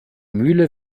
mühle